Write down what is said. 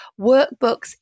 workbooks